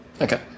Okay